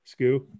Scoo